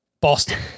Boston